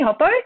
Hoppo